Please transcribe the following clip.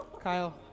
Kyle